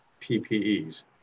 PPEs